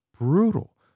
brutal